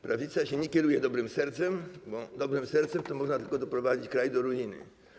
Prawica nie kieruje się dobrym sercem, bo dobrym sercem to można tylko doprowadzić kraj do ruiny.